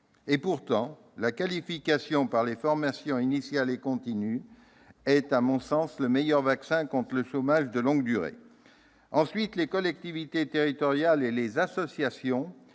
Pourtant, la qualification par les formations initiale et continue est, à mon sens, le meilleur vaccin contre le chômage de longue durée. Deuxième observation, les collectivités territoriales et les associations